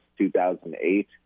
2008